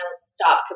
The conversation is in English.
stop